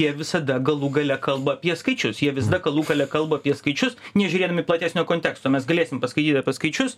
jie visada galų gale kalba apie skaičius jie visada galų gale kalba apie skaičius nežiūrėdami platesnio konteksto mes galėsim paskaityt apie skaičius